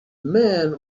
men